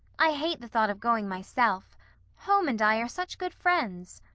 i hate the thought of going myself home and i are such good friends.